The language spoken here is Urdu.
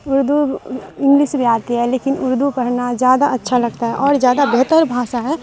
اردو انگلس بھی آتی ہے لیکن اردو پرھنا جیادہ اچھا لگتا ہے اور جیادہ بہتر بھاسا ہے